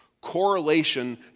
Correlation